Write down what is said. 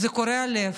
זה קורע לב.